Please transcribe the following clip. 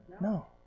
No